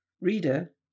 Reader